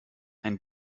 ein